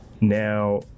Now